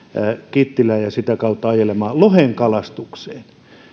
kittilään ja sitä kautta ajelemaan lohenkalastukseen